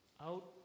out